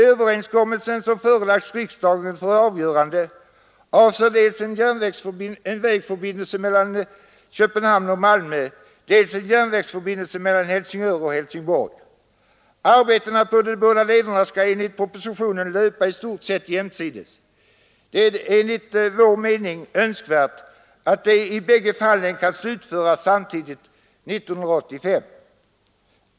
Överenskommelsen, som förelagts riksdagen för avgörande, avser dels en vägförbindelse mellan Köpenhamn och Malmö, dels en järnvägsförbindelse mellan Helsingör och Helsingborg. Arbetena på de båda lederna skall enligt propositionen löpa i stort sett jämsides. Det är enligt vår mening önskvärt att de i bägge fallen kan slutföras samtidigt 1985.